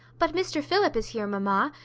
but mr philip is here, mamma,